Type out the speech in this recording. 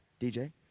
DJ